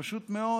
פשוט מאוד